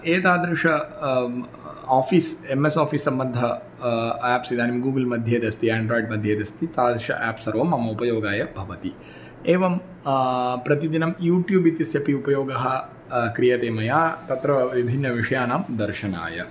एतादृश office MS office सम्बद्ध apps इदानीं गूगल् मध्ये यदस्ति याण्ड्राय्ड् मध्ये यद् अस्ति तादृश याप् सर्वं मम उपयोगाय भवति एवं प्रतिदिनं यूटूब् इत्यस्य अपि उपयोगः क्रियते मया तत्र विभिन्नविषयाणां दर्शनाय